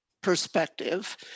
perspective